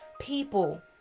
people